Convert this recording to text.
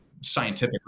scientific